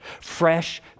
Fresh